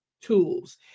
tools